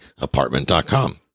apartment.com